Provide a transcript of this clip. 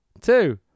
two